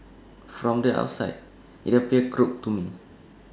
from the outside IT appeared crooked to me